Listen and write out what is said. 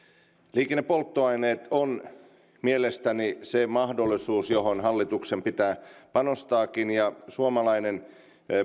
liikennepolttoaineet ovat mielestäni se mahdollisuus johon hallituksen pitää panostaakin suomalainen